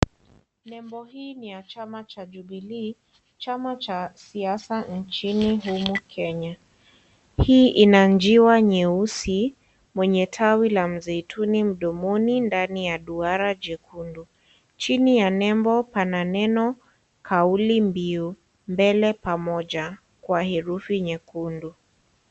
Nembo hii ni ya chama cha Jubilee, chama cha siasa nchini humu Kenya. Hii inanjiwa nyeusi, mwenye tawila mzeituni mdomoni ndani ya duara jekundu. Chini ya nembo pana neno kaulimbiu "mbele pamoja" kwa herufi nyekundu.